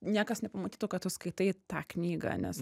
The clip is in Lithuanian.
niekas nepamatytų kad tu skaitai tą knygą nes